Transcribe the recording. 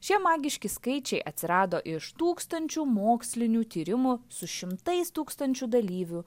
šie magiški skaičiai atsirado iš tūkstančių mokslinių tyrimų su šimtais tūkstančių dalyvių